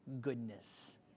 Goodness